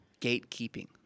gatekeeping